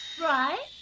Right